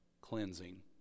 cleansing